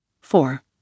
four